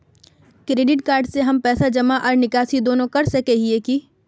Credit card से हम पैसा जमा आर निकाल दोनों कर सके हिये की?